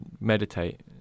meditate